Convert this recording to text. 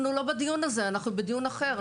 אנחנו לא בדיון הזה, אנחנו בדיון אחר.